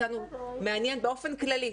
אותנו מעניין באופן כללי,